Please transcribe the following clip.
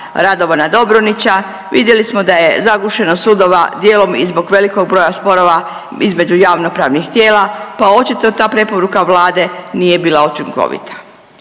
Radovana Dobronića vidjeli smo da je zagušenost sudova dijelom i zbog velikog broja sporova između javnopravnih tijela pa očito ta preporuka Vlade nije bila učinkovita.